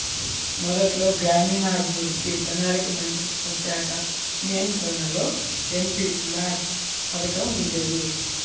మొదట్లో గ్రామీణాభివృద్ధి, ప్రణాళికా మంత్రిత్వశాఖ నియంత్రణలో ఎంపీల్యాడ్స్ పథకం ఉండేది